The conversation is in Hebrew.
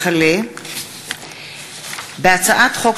הצעת חוק